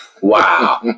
Wow